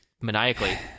maniacally